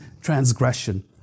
transgression